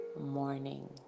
morning